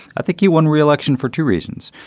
i think he won re-election for two reasons.